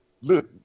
look